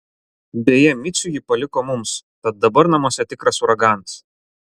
beje micių ji paliko mums tad dabar namuose tikras uraganas